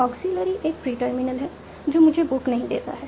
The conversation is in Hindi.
ऑग्ज़ीलियरी एक प्री टर्मिनल है जो मुझे बुक नहीं देता है